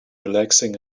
relaxing